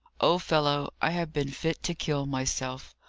old fellow, i have been fit to kill myself.